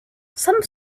some